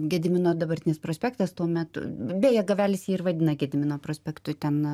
gedimino dabartinis prospektas tuo metu beje gavelis jį ir vadina gedimino prospektu ten